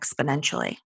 exponentially